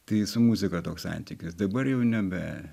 tai su muzika toks santykis dabar jau nebe